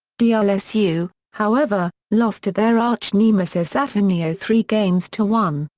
dlsu, however, lost to their archnemesis ateneo three games to one,